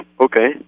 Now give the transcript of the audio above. okay